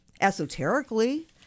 esoterically